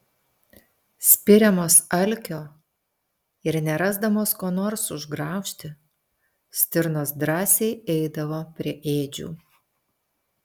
spiriamos alkio ir nerasdamos ko nors užgraužti stirnos drąsiai eidavo prie ėdžių